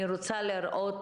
אני רוצה לראות